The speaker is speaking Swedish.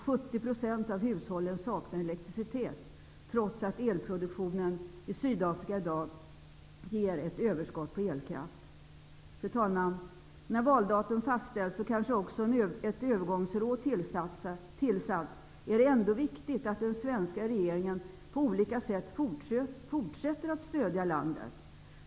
70 % av hushållen saknar elektricitet, trots att elproduktionen i Sydafrika i dag ger ett överskott på elkraft. Fru talman! När valdatum fastställts och kanske också ett övergångsråd tillsatts, är det ändå viktigt att den svenska regeringen på olika sätt fortsätter att stödja landet.